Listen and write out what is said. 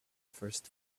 first